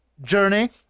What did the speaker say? Journey